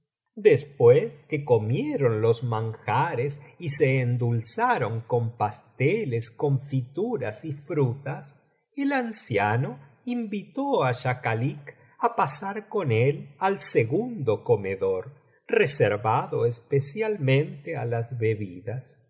después que comieron los manjares y se endulzaron con pasteles confituras y frutas el anciano invitó á schakalik á pasar con él al segundo comedor reservado especialmente á las bebidas